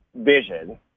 vision